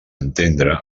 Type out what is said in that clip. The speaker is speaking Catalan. entendre